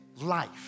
life